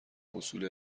حصول